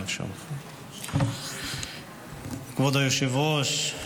כבוד היושב-ראש,